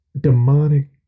demonic